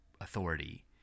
authority